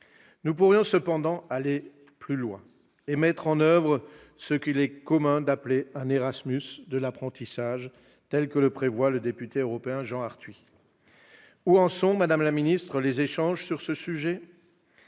Nous pourrions cependant aller plus loin et mettre en oeuvre ce qu'il est commun d'appeler un Erasmus de l'apprentissage, tel que le prévoit le député européen Jean Arthuis. Madame la ministre, où en sont les échanges sur ce sujet ?